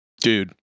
dude